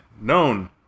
known